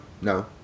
no